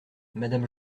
madame